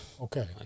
Okay